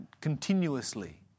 continuously